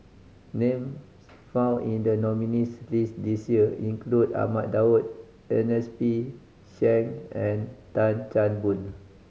names found in the nominees' list this year include Ahmad Daud Ernest P Shank and Tan Chan Boon